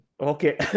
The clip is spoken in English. Okay